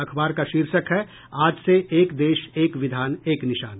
अखबार का शीर्षक है आज से एक देश एक विधान एक निशान